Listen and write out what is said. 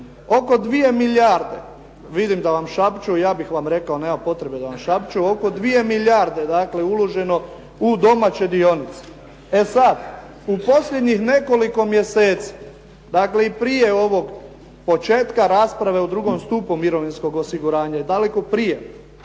oko 2 milijarde vidim da vam šapću, ja bih vam rekao nema potrebe da vam šapću, oko 2 milijarde je uloženo u domaće dionice. E sada, u posljednjih nekoliko mjeseci, dakle i prije ovog početka rasprave o drugom stupnju mirovinskog osiguranja i daleko prije,